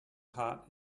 heart